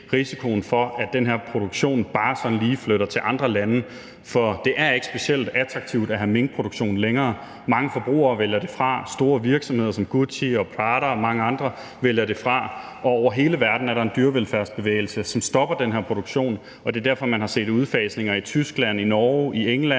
risikoen for, at den her produktion bare sådan lige flytter til andre lande, for det er ikke længere specielt attraktivt at have minkproduktion. Mange forbrugere vælger det fra, og store virksomheder som Gucci, Prada og mange andre vælger det fra, og over hele verden er der en dyrevelfærdsbevægelse, som stopper den her produktion. Det er derfor, at man har set udfasninger i Tyskland, Norge, England,